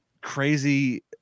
crazy